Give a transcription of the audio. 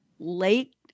late